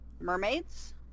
mermaids